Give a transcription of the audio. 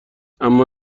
اما